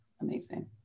amazing